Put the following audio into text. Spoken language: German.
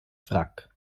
wrack